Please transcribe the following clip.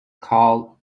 called